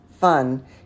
fun